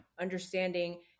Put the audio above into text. Understanding